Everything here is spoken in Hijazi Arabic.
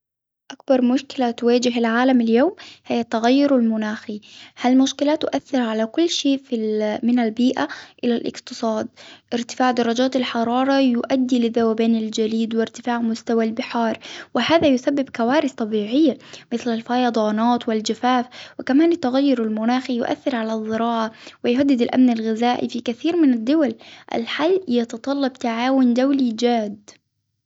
أكبر مشكلة تواجه العالم اليوم هي التغير المناخي، هالمشكلة تؤثر على كل شيء في -من البيئة إلى الإقتصاد إ، رتفاع درجات الحرارة يؤدي لذوبان الجليد وإرتفاع مستوى البحار، وهذا يسبب كوارث طبيعية مثل الفيضانات والجفاف، وكمان المناخ يؤثر على الزراعة ويهدد الأمن الغذائي في كثير من الدول، الحل يتطلب تعاون دولي جاد.